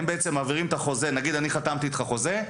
נניח וחתמתי איתך על חוזה.